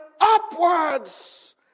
upwards